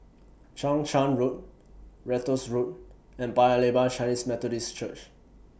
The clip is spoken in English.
Chang Charn Road Ratus Road and Paya Lebar Chinese Methodist Church